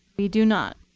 we do not.